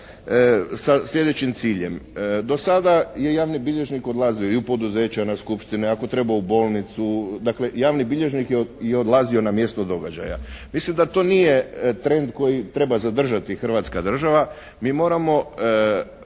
sa sljedećim ciljem. Do sada je javni bilježnik odlazio i u poduzeća, na skupštine, ako treba u bolnicu. Dakle, javni bilježnik je i odlazio na mjesto događaja. Mislim da to nije trend koji treba zadržati Hrvatska država. Mi moramo